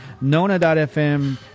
Nona.fm